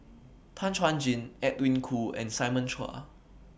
Tan Chuan Jin Edwin Koo and Simon Chua